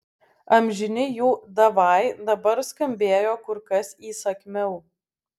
amžini jų davai dabar skambėjo kur kas įsakmiau